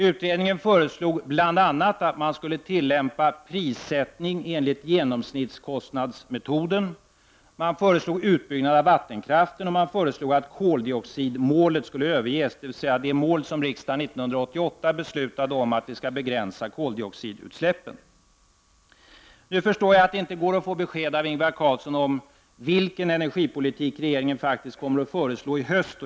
Utredningen föreslår bl.a. att man skall tillämpa prissättning enligt genomsnittskostnadsmetoden. Man föreslår utbyggnad av vattenkraft, och man föreslår att koldioxidmålet skall överges, dvs. målet från 1988 då riksdagen beslöt att koldioxidutsläppen skall begränsas. Nu förstår jag att det inte går att få besked från Ingvar Carlsson om vilken energipolitik regeringen faktiskt kommer att föreslå i höst.